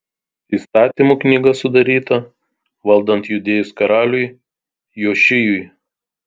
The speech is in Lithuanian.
įstatymų knyga sudaryta valdant judėjos karaliui jošijui